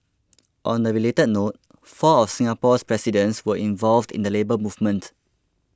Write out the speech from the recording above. on a related note four of Singapore's presidents were involved in the Labour Movement